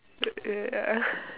ya